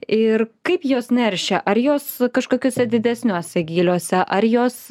ir kaip jos neršia ar jos kažkokiuose didesniuose gyliuose ar jos